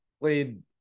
played